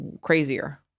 crazier